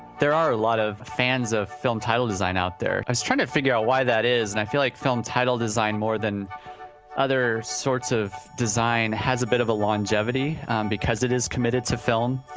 there are a lot of fans of film title design out there. i was trying to figure out why that is and i feel like film title design, more than other sorts of design, has a bit of longevity because it is committed to film.